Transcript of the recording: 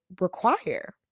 require